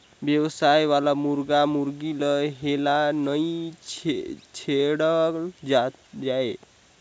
बेवसाय वाला मुरगा मुरगी ल हेल्ला नइ छोड़ल जाए